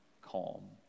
calm